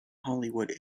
hollywood